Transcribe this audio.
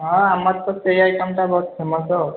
ହଁ ଆମର ତ ସେହି ଆଇଟମ୍ଟା ବହୁତ ଫେମସ୍ ଆଉ